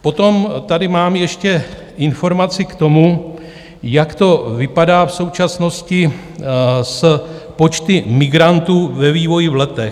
Potom tady mám ještě informaci k tomu, jak to vypadá v současnosti s počty migrantů ve vývoji v letech.